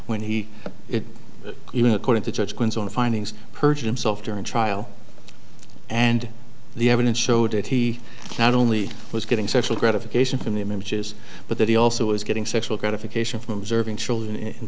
when he even according to judge quinn's own findings perjured himself during trial and the evidence showed that he not only was getting social gratification from the images but that he also was getting sexual gratification from observing children in